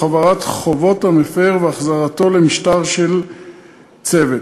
הבהרת חובות המפר והחזרתו למשטר של ציות.